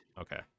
okay